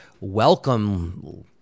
welcome